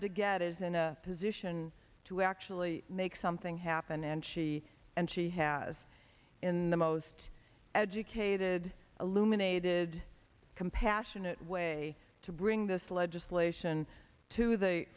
de gette is in a position to actually make something happen and she and she has in the most educated illuminated a compassionate way to bring this legislation to the